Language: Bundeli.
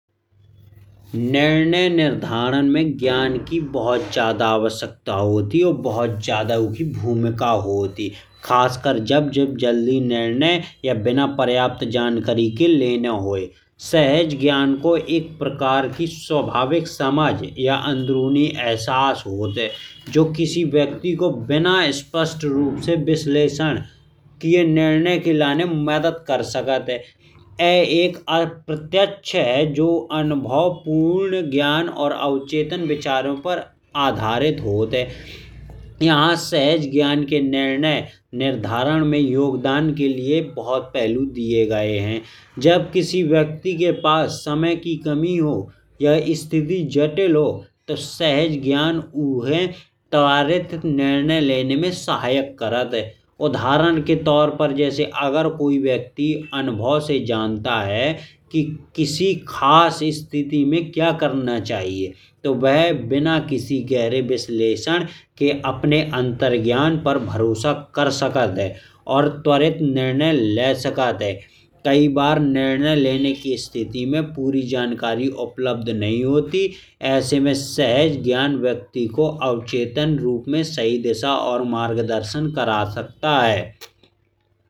निर्णय निर्धारण में ज्ञान की बहुत ज्यादा आवश्यकता होती है। बहुत ज्यादा उखी भूमिका होत है। खासकर जब जब जल्दी निर्णय या बिना पर्याप्त जानकारी के लेने होए। सहज ज्ञान को एक प्रकार की स्वाभाविक समझ या अंदरुनी एहसास होत है। जो किसी व्यक्ति को बिना स्पष्ट रूप से विश्लेषण किए निर्णय के लाने मदद कर सकत है। यह एक अप्रत्यक्ष है जो अनुभवपूर्ण ज्ञान और अवचेतन विचारों पर आधारित होत है। यहाँ सहज ज्ञान के निर्णय निर्धारण में योगदान के लिए बहुत पहलू दिए गए हैं। जब किसी व्यक्ति के पास समय की कमी हो या स्थिति जटिल हो तो। सहज ज्ञान उखे त्वरित निर्णय लेने में सहायक करत है। उदाहरण के तौर पर जैसे अगर कोई व्यक्ति अनुभव से जानता है। कि किसी खास स्थिति में क्या करना चाहिए तो। वह बिना किसी गहरे बिसकेशन के अपने अंतर ज्ञान पर भरोसा कर सकत है। और त्वरित निर्णय ले सकत है कई बार निर्णय लेने की स्थिति में पूरी जानकारी। उपलब्ध नहीं होती ऐसे में सहज ज्ञान व्यक्ति को अवचेतन रूप में सही दिशा और मार्गदर्शन करा सकता है।